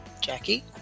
Jackie